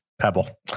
pebble